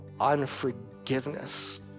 unforgiveness